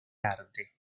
arte